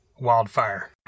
Wildfire